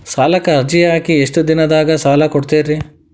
ಸಾಲಕ ಅರ್ಜಿ ಹಾಕಿ ಎಷ್ಟು ದಿನದಾಗ ಸಾಲ ಕೊಡ್ತೇರಿ?